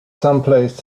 someplace